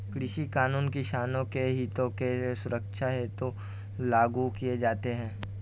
कृषि कानून किसानों के हितों की सुरक्षा हेतु लागू किए जाते हैं